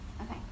okay